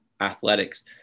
athletics